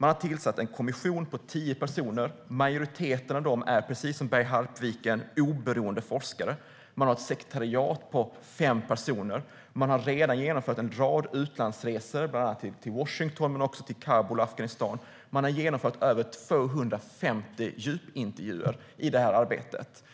Man har tillsatt en kommission på tio personer. Majoriteten av dem är precis som Berg Harpviken oberoende forskare. Man har ett sekretariat på fem personer. Man har redan genomfört en rad utlandsresor, bland annat till Washington men också till Kabul, till Afghanistan. Man har genomfört över 250 djupintervjuer i det här arbetet.